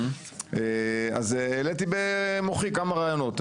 אז העליתי במוחי כמה רעיונות.